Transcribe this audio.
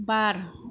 बार